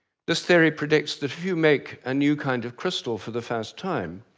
this theory predicts that if you make a new kind of crystal for the first time,